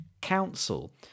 council